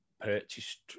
purchased